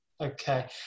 Okay